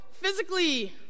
physically